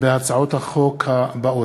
בהצעות החוק האלה: